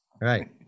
Right